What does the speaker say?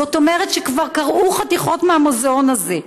זאת אומרת שכבר קרעו חתיכות מהמוזיאון הזה,